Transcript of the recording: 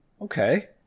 Okay